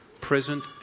present